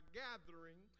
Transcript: gathering